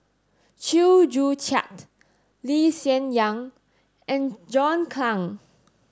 Chew Joo Chiat Lee Hsien Yang and John Clang